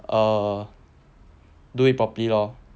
err weigh properly lor